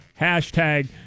Hashtag